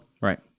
Right